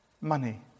Money